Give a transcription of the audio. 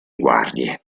guardie